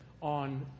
on